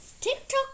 tiktok